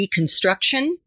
deconstruction